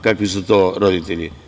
Kakvi su to roditelji?